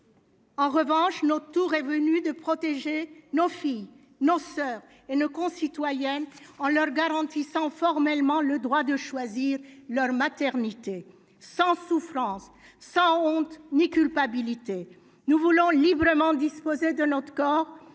En revanche, nos tour est de protéger nos filles, nos soeurs et nos concitoyens en leur garantissant formellement le droit de choisir leur maternité sans souffrance sans honte ni culpabilité, nous voulons librement disposer de notre corps